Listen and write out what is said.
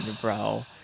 bro